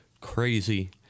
crazy